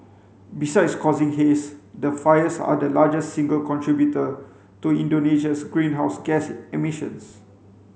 besides causing haze the fires are the largest single contributor to Indonesia's greenhouse gas emissions